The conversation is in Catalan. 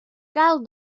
cal